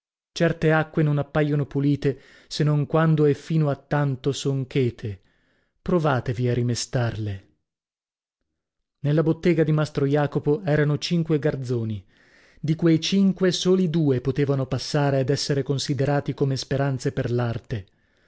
certe acque non appaiono pulite se non quando e fino a tanto son chete provatevi a rimestarle nella bottega di mastro jacopo erano cinque garzoni di quei cinque soli due potevano passare ed essere considerati come speranze per l'arte